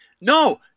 No